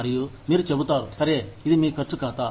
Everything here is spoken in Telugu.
మరియు మీరు చెబుతారు సరే ఇది మీ ఖర్చు ఖాతా